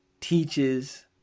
teaches